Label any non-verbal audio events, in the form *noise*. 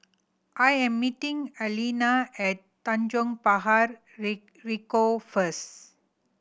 I am meeting Alaina at Tanjong *unintelligible* Ricoh first